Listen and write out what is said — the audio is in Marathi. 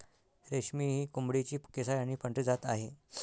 रेशमी ही कोंबडीची केसाळ आणि पांढरी जात आहे